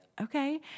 okay